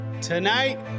Tonight